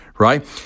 Right